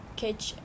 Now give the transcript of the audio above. catch